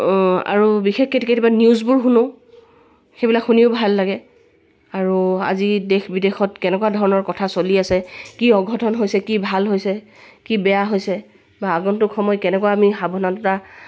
আৰু বিশেষকৈ কেতিয়াবা নিউজবোৰ শুনো সেইবিলাক শুনিও ভাল লাগে আৰু আজি দেশ বিদেশত কেনেকুৱা ধৰণৰ কথা চলি আছে কি অঘটন হৈছে কি ভাল হৈছে কি বেয়া হৈছে বা আগন্তুক সময় কেনেকুৱা আমি সাৱধানতা